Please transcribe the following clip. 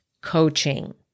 coaching